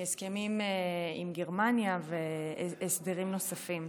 מהסכמים עם גרמניה והסדרים נוספים.